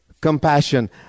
compassion